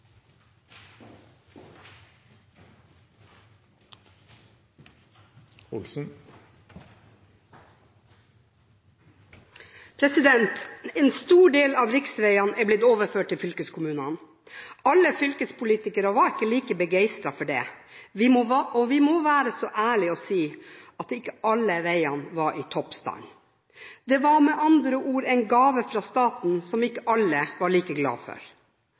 gode. En stor del av riksveiene er blitt overført til fylkeskommunene. Alle fylkespolitikere var ikke like begeistret for det, og vi må være så ærlige og si at ikke alle veiene var i topp stand. Det var med andre ord en gave fra staten som ikke alle var like glad for.